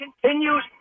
continues